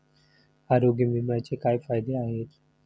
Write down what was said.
आरोग्य विम्याचे काय फायदे आहेत?